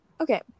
Okay